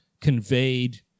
conveyed